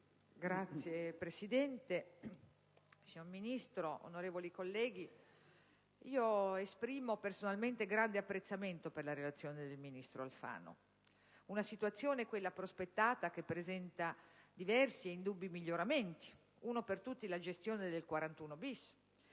Signor Presidente, signor Ministro, onorevoli colleghi, esprimo personalmente grande apprezzamento per la relazione del ministro Alfano. La situazione prospettata presenta diversi e indubbi miglioramenti (uno per tutti, la gestione del regime